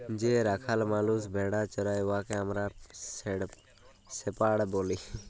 যে রাখাল মালুস ভেড়া চরাই উয়াকে আমরা শেপাড় ব্যলি